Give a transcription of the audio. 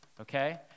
okay